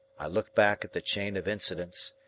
i look back at the chain of incidents,